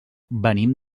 venim